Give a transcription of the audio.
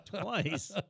twice